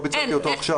לא ביצעתי אותו עכשיו.